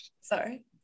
Sorry